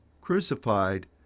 crucified